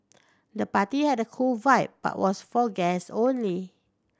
the party had a cool vibe but was for guests only